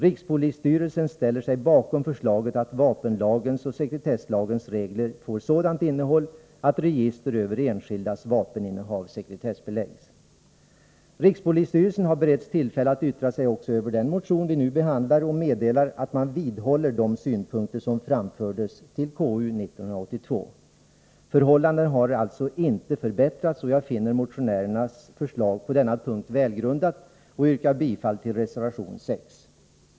Rikspolisstyrelsen ställer sig bakom förslaget att vapenlagens och sekretesslagens regler får sådant innehåll att register över enskildas vapeninnehav sekretessbeläggs.” Rikspolisstyrelsen har beretts tillfälle att yttra sig också över den motion som vi nu behandlar och meddelar att man vidhåller de synpunkter som framfördes till konstitutionsutskottet 1982. Förhållandena har alltså inte förbättrats. Jag finner motionärernas förslag på denna punkt välgrundat och yrkar bifall till reservation 6.